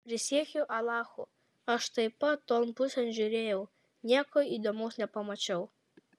prisiekiu alachu aš taip pat ton pusėn žiūrėjau nieko įdomaus nepamačiau